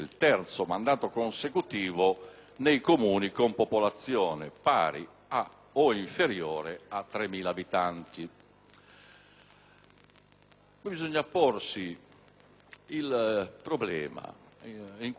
o inferiore a 3.000 abitanti. Bisogna porsi il problema, in questo momento, con un puro intento speculativo, come dicevo